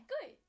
good